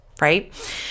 right